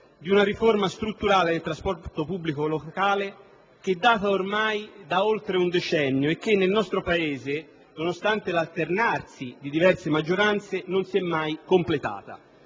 di una riforma strutturale del trasporto pubblico locale che data ormai da oltre un decennio e che nel nostro Paese, nonostante l'alternarsi di diverse maggioranze, non si è mai completata;